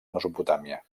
mesopotàmia